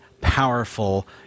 powerful